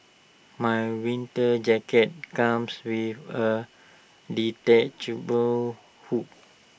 my winter jacket comes with A detachable hood